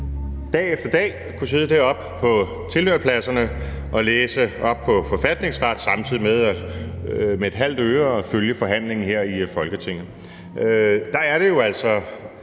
dag efter dag kunne sidde på tilhørerpladserne og læse op på forfatningsret, samtidig med at jeg med et halvt øre fulgte forhandlingerne her i Folketinget. Der er det jo altså